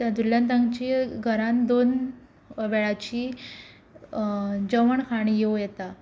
तातुंतल्यान तांचे घरांत दोन वेळाची जेवण खाण येवं येता